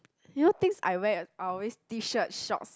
you know things I wear are always T-shirt shorts